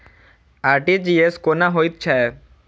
RTGS कोना होइत छै?